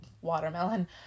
watermelon